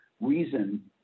reason